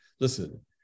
Listen